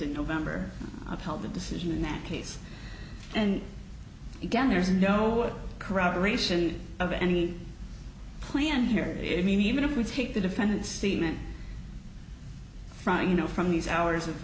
in november of one the decision in that case and again there's no corroboration of any plan here it means even if we take the defendant statement from you know from these hours